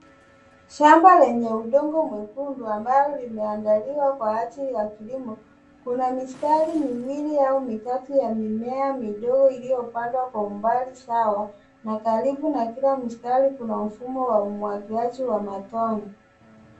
Shamba lenye udongo mwekundu ambao umeandaliwa kwa ajili ya kilimo. Kuna mistari miwili au mitatu ya mimea midogo iliyopandwa kwa umbali sawa na karibu na kila mstari kuna mfumo wa umwagiliaji wa matone.